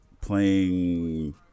playing